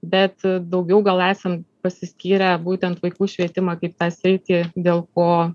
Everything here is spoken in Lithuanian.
bet daugiau gal esam pasiskyrę būtent vaikų švietimą kaip tą sritį dėl ko